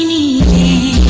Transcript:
yeah e e